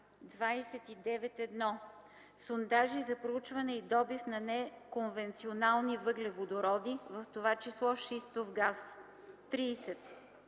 29.1. Сондажи за проучване и добив на неконвенционални въглеводороди, в това число шистов газ. 30.